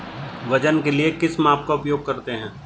वजन के लिए किस माप का उपयोग करते हैं?